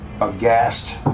aghast